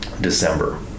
December